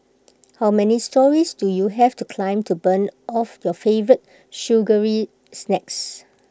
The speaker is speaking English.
how many storeys do you have to climb to burn off your favourite sugary snacks